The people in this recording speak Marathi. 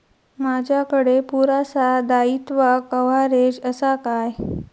माजाकडे पुरासा दाईत्वा कव्हारेज असा काय?